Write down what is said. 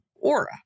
aura